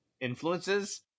influences